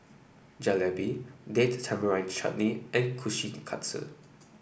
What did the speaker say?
Jalebi Date Tamarind Chutney and Kushikatsu